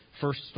first